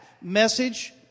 message